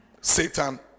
Satan